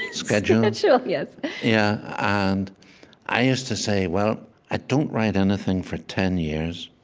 schedule schedule, yes yeah. and i used to say, well, i don't write anything for ten years,